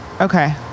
Okay